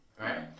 right